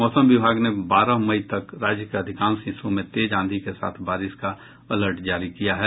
मौसम विभाग ने बारह मई तक राज्य के अधिकांश हिस्सों में तेज आंधी के साथ बारिश का अलर्ट जारी किया है